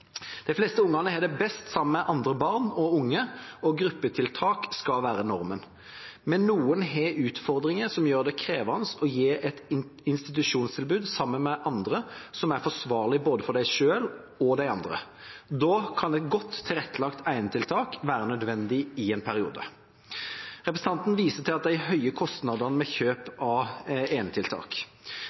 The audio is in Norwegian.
De fleste barn har det best sammen med andre barn og unge, og gruppetiltak skal være normen. Men noen har utfordringer som gjør det krevende å gi dem et institusjonstilbud sammen med andre som er forsvarlig for både dem selv og de andre. Da kan et godt tilrettelagt enetiltak være nødvendig i en periode. Representanten viser til de høye kostnadene ved kjøp av enetiltak.